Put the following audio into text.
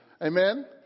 Amen